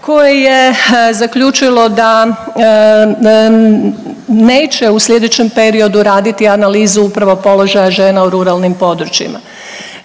koje je zaključilo da neće u slijedećem periodu raditi analizu upravo položaja žena u ruralnim područjima.